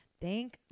thank